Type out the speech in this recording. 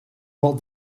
but